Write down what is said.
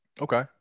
Okay